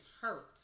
hurt